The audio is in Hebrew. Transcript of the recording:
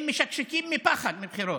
הם משקשקים מפחד מבחירות,